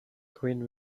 queen